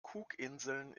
cookinseln